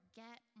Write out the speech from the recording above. get